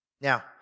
Now